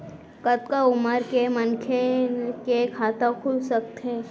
कतका उमर के मनखे के खाता खुल सकथे?